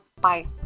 Bye